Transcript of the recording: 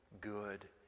good